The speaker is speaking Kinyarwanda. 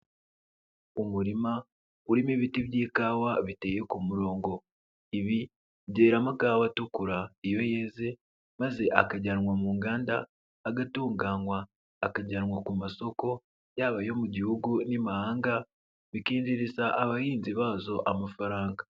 Umurima urimo ibiti by'ikawa biteye ku murongo, ibi byera amakawa atukura iyo yeze maze akajyanwa mu nganda agatunganywa akajyanwa ku masoko yaba ayo mu gihugu n'imahanga bikinjiriza abahinzi bazo amafaranga.